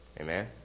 Amen